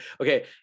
okay